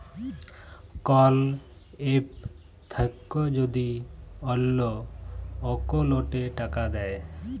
call app থাক্যে যদি অল্লো অকৌলটে টাকা দেয়